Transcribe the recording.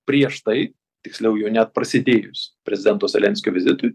prieš tai tiksliau jau net prasidėjus prezidento zelenskio vizitui